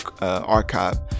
archive